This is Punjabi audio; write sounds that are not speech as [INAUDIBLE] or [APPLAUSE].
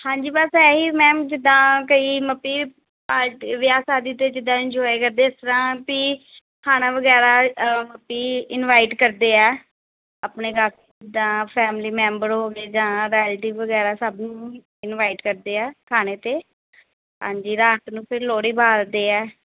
ਹਾਂਜੀ ਬਸ ਇਹੀ ਮੈਮ ਜਿੱਦਾਂ ਕਈ [UNINTELLIGIBLE] ਪਾਰਟੀ ਵਿਆਹ ਸ਼ਾਦੀ 'ਤੇ ਜਿੱਦਾਂ ਇੰਜੋਏ ਕਰਦੇ ਇਸ ਤਰ੍ਹਾਂ ਵੀ ਖਾਣਾ ਵਗੈਰਾ ਵੀ ਇਨਵਾਈਟ ਕਰਦੇ ਆ ਆਪਣੇ [UNINTELLIGIBLE] ਜਿੱਦਾਂ ਫੈਮਲੀ ਮੈਂਬਰ ਹੋ ਗਏ ਜਾਂ ਰੈਲੇਟੀਵ ਵਗੈਰਾ ਸਭ ਨੂੰ ਇਨਵਾਈਟ ਕਰਦੇ ਆ ਖਾਣੇ 'ਤੇ ਹਾਂਜੀ ਰਾਤ ਨੂੰ ਫੇਰ ਲੋਹੜੀ ਬਾਲਦੇ ਹੈ